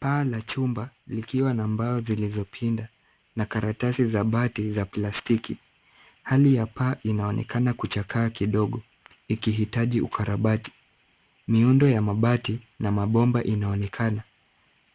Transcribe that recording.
Paa la chumba likiwa na mbao zilizopinda na karatasi za bati za plastiki. Hali ya paa inaonekana kuchakaa kidogo ikihitaji ukarabati. Miundo ya mabati na mabomba inaonekana.